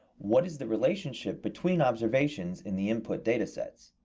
what is the relationship between observations in the input data sets?